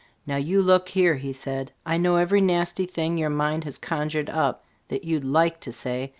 now you look here, he said. i know every nasty thing your mind has conjured up that you'd like to say,